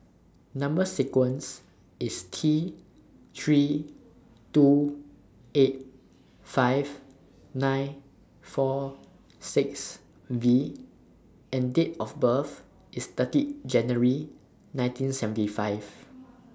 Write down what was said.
Number sequence IS T three two eight five nine four six V and Date of birth IS thirty January nineteen seventy five